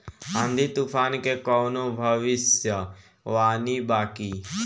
आँधी तूफान के कवनों भविष्य वानी बा की?